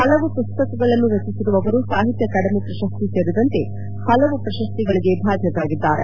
ಹಲವು ಪುಸ್ತಕಗಳನ್ನು ರಚಿಸಿರುವ ಅವರು ಸಾಹಿತ್ಯ ಅಕಾಡೆಮಿ ಪ್ರಶಸ್ತಿ ಸೇರಿದಂತೆ ಹಲವು ಪ್ರಶಸ್ತಿಗಳಿಗೆ ಭಾಜನರಾಗಿದ್ದಾರೆ